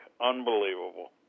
Unbelievable